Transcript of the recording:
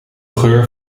geur